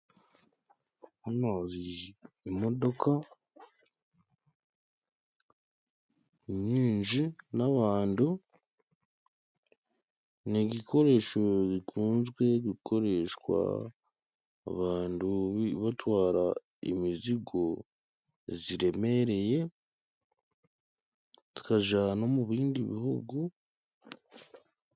Hano hari imodoka nyinshi n'abantu ; ni igikoresho bikunzwe gukoreshwa abantu batwara imizigo iremereye, zikajya no mu bindi bihugu.